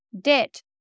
debt